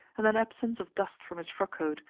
and an absence of dust from his frockcoat,